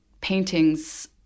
paintings